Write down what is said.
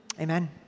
amen